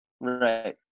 Right